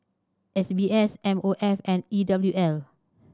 S B S M O F and E W L